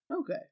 Okay